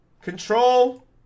Control-